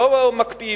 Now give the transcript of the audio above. לא מקפיאים,